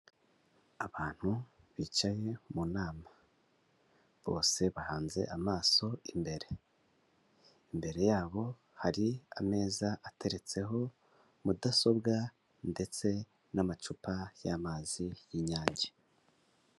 Abantu bicaye mu nama bose bahanze amaso imbere. Imbere yabo hari ameza ateretseho mudasobwa ndetse n'amacupa y'amazi y'inyange.